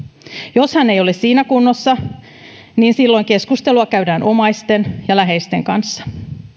jos hän ei ole siinä kunnossa niin silloin keskustelua käydään omaisten ja läheisten kanssa